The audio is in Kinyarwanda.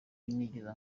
nigeze